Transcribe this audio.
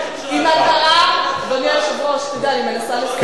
היא מטרה, אדוני היושב-ראש, אני מבקשת.